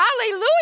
Hallelujah